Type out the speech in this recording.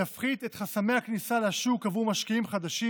יפחית את חסמי הכניסה לשוק עבור משקיעים חדשים,